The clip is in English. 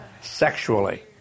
sexually